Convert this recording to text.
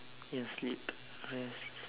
ya sleep rest